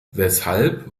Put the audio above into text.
weshalb